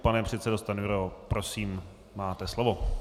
Pane předsedo Stanjuro, prosím, máte slovo.